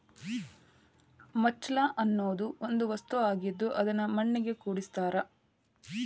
mulch ಅನ್ನುದು ಒಂದ ವಸ್ತು ಆಗಿದ್ದ ಇದನ್ನು ಮಣ್ಣಿಗೆ ಕೂಡಸ್ತಾರ